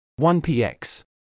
1px